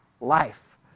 life